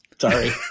Sorry